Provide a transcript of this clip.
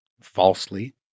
falsely